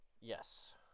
Yes